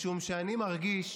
משום שאני מרגיש